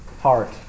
heart